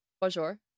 Bonjour